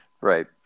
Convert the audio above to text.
Right